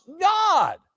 god